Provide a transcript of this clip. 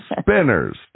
spinners